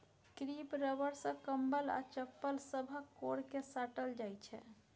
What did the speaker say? crepe rubber सँ कंबल आ चप्पल सभक कोर केँ साटल जाइ छै